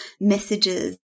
messages